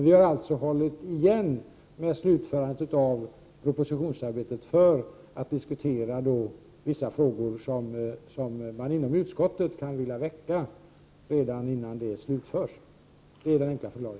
Vi har alltså hållit igen slutförandet av propositionsarbetet för att diskutera vissa frågor som ledamöterna inom utskottet kan vilja väcka redan innan propositionen läggs fram.